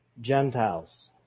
Gentiles